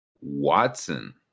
Watson